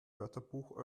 wörterbuch